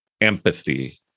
empathy